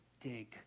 dig